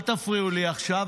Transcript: אל תפריעו לי עכשיו,